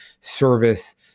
service